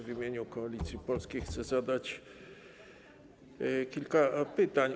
W imieniu Koalicji Polskiej chcę zadać kilka pytań.